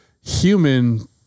human